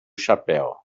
chapéu